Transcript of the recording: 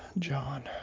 john